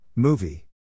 Movie